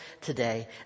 today